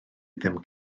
ddim